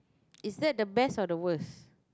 is that the best or the worst